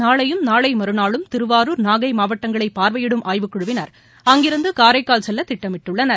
நாளையும் நாளை மறுநாளும் திருவாரூர் நாகை மாவட்டங்களை பார்வையிடும் ஆய்வுக்குழுவினர் அங்கிருந்து காரைக்கால் செல்ல திட்டமிட்டுள்ளனர்